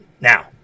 Now